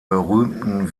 berühmten